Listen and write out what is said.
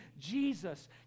Jesus